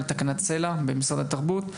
לתקנת סל"ע במשרד התרבות,